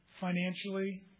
financially